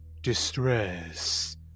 distress